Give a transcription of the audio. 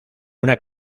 una